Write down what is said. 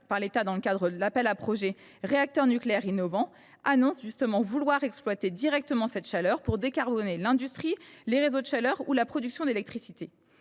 par l’État dans le cadre de l’appel à projets « Réacteurs nucléaires innovants », annoncent vouloir exploiter directement cette chaleur pour décarboner l’industrie, les réseaux de chaleur ou encore la production d’électricité.